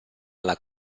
alla